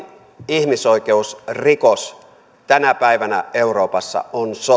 ihmisoikeusrikos tänä päivänä euroopassa on sota